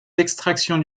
d’extraction